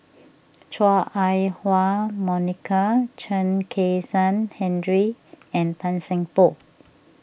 Chua Ah Huwa Monica Chen Kezhan Henri and Tan Seng Poh